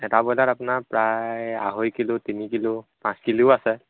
এটা ব্ৰইলাত আপোনাৰ প্ৰায় আঢ়ৈ কিলো তিনি কিলো পাঁচ কিলোও আছে